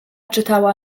czytała